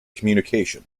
communication